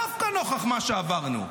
דווקא נוכח מה שעברנו?